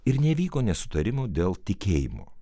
ir nevyko nesutarimų dėl tikėjimo